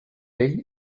pell